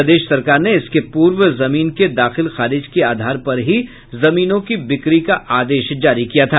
प्रदेश सरकार ने इसके पूर्व जमीन के दाखिल खारिज के आधार पर ही जमीनों की बिक्री का आदेश जारी किया था